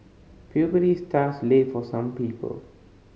puberty starts late for some people